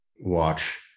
watch